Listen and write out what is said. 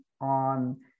on